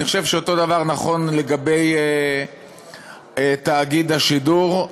אני חושב שאותו דבר נכון לגבי תאגיד השידור.